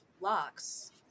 locks